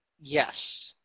Yes